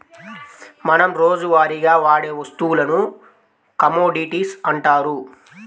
మనం రోజువారీగా వాడే వస్తువులను కమోడిటీస్ అంటారు